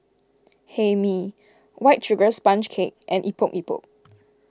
Hae Mee White Sugar Sponge Cake and Epok Epok